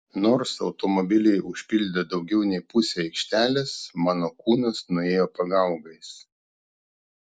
nors automobiliai užpildė daugiau nei pusę aikštelės mano kūnas nuėjo pagaugais